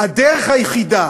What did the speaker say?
שהדרך היחידה